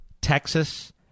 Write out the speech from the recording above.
Texas